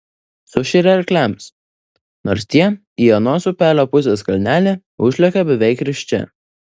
sušeria arkliams nors tie į anos upelio pusės kalnelį užlekia beveik risčia